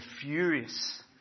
furious